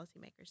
policymakers